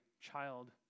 child